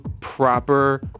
proper